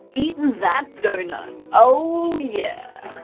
eatin' that donut. ohhhh yeahhhh.